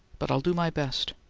but i'll do my best.